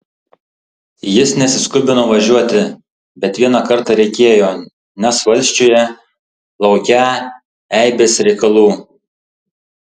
jis nesiskubino važiuoti bet vieną kartą reikėjo nes valsčiuje laukią eibės reikalų